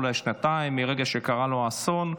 אולי שנתיים מרגע שקרה לו האסון.